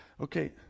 Okay